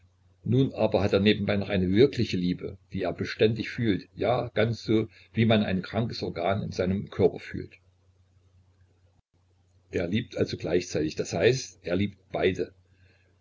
nun aber hat er nebenbei noch eine wirkliche liebe die er beständig fühlt ja ganz so wie man ein krankes organ in seinem körper fühlt er liebt also gleichzeitig das heißt er liebt beide